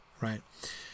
right